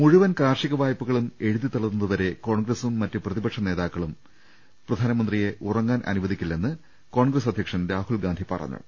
മുഴുവൻ കാർഷിക വായ്പകളും എഴുതി തള്ളുന്നതുവരെ കോൺഗ്രസും മറ്റു പ്രതിപക്ഷ നേതാക്കളും പ്രധാനമന്ത്രിയെ ഉറങ്ങാൻ അനുവദിക്കില്ലെന്ന് കോൺഗ്രസ് അധ്യക്ഷൻ രാഹുൽഗാന്ധി പറഞ്ഞു